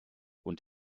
und